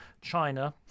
China